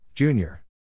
Junior